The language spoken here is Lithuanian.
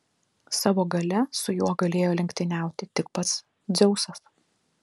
savo galia su juo galėjo lenktyniauti tik pats dzeusas